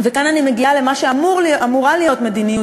וכאן אני מגיעה למה שאמורה להיות מדיניות